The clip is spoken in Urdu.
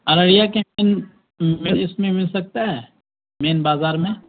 ارڑیا کے مین م اس میں مل سکتا ہے مین بازار میں